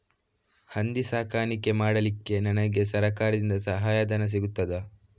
ಹಂದಿ ಸಾಕಾಣಿಕೆ ಮಾಡಲಿಕ್ಕೆ ನನಗೆ ಸರಕಾರದಿಂದ ಸಹಾಯಧನ ಸಿಗುತ್ತದಾ?